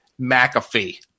McAfee